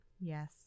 Yes